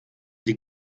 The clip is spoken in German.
die